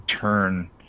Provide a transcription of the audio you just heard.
turn